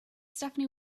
definitely